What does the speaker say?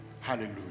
hallelujah